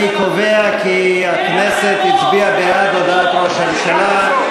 אני קובע כי הכנסת הצביעה בעד הודעת ראש הממשלה.